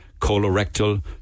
colorectal